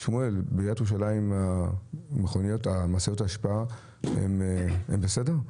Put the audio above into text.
שמואל, בעיריית ירושלים משאיות האשפה הן בסדר?